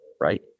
right